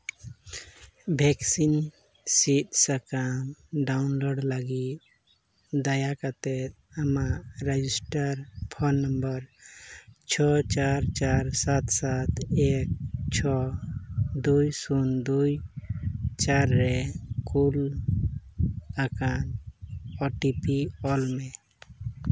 vaccine ᱥᱤᱫ ᱥᱟᱠᱟᱢ download ᱞᱟᱹᱜᱤᱫ ᱫᱟᱭᱟ ᱠᱟᱛᱮᱫ ᱟᱢᱟᱜ ᱨᱮᱡᱤᱥᱴᱟᱨ ᱯᱷᱳᱱ ᱱᱟᱢᱵᱟᱨ ᱪᱷᱚ ᱪᱟᱨ ᱪᱟᱨ ᱥᱟᱛ ᱥᱟᱛ ᱮᱠ ᱪᱷᱚ ᱫᱩᱭ ᱥᱩᱱ ᱫᱩᱭ ᱪᱟᱨ ᱨᱮ ᱠᱩᱞ ᱟᱠᱟᱫ ᱳᱴᱤᱯᱤ ᱚᱞ ᱢᱮ